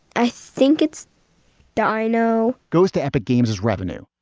i think it's the i know goes to epic games as revenue.